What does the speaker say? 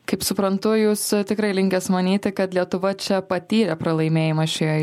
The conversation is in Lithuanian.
kaip suprantu jūs tikrai linkęs manyti kad lietuva čia patyrė pralaimėjimą šioje